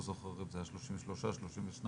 לא זוכר אם זה היה 33% או 32%,